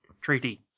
treaty